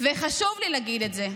וחשוב לי להגיד את זה.